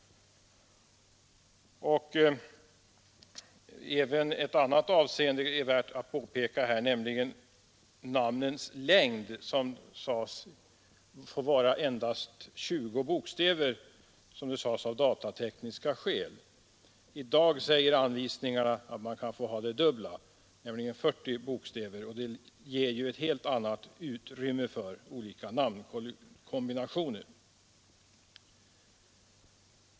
Även ett annat förhållande är värt att påpeka, nämligen namnens längd. Namnen skulle först få omfatta högst 20 bokstäver, som det sades av datatekniska skäl. I dag säger anvisningarna det dubbla, nämligen 40 bokstäver, och det ger ju ett helt annat utrymme för namnkombinationer.